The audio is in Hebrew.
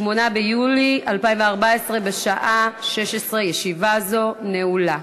8 ביולי 2014, בשעה 16:00. ישיבה זו נעולה.